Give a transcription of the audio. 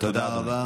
תודה רבה.